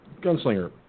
Gunslinger